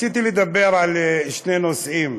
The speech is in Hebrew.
רציתי לדבר על שני נושאים.